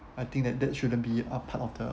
I think that that shouldn't be a part of the